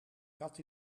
kat